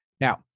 Now